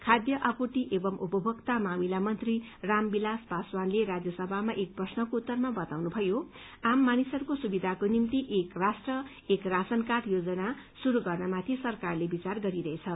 खाद्य आपूर्ति एवं उपभोक्ता मामिला मन्त्री रामविलास पासवानले राज्यसभामा एक प्रश्नको उत्तरमा बताउनुभयो आम मानिसहरूको सुविधाको निम्ति एक राष्ट्र एक राशन कार्ड योजना शुरू गर्नमाथि सरकारले विचार गरिरहेछ